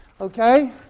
Okay